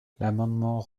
l’amendement